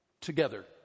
together